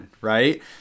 right